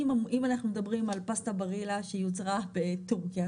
אם אנחנו מדברים על פסטה ברילה שיוצרה בטורקיה,